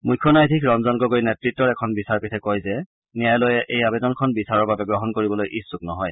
মুখ্য ন্যায়াধীশ ৰঞ্জন গগৈৰ নেতৃত্বৰ এখন বিচাৰপীঠে কয় যে ন্যায়লয়ে এই আবেদনখন বিচাৰৰ বাবে গ্ৰহণ কৰিবলৈ ইছুক নহয়